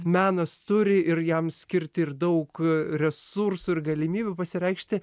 menas turi ir jam skirti ir daug resursų ir galimybių pasireikšti